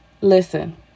Listen